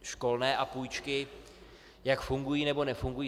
Školné a půjčky, jak fungují, nebo nefungují.